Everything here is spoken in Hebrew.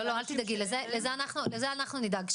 אל תדאגי, לזה אנחנו נדאג.